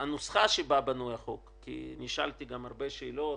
הנוסחה שבה בנוי החוק נשאלתי גם הרבה שאלות,